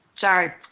Sorry